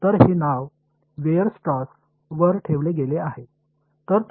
எனவே இதற்கு வீர்ஸ்ட்ராஸ் என்று இதற்கு பெயரிடப்பட்டது